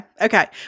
Okay